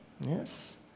yes